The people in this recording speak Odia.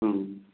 ହୁଁ